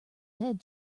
head